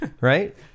Right